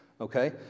okay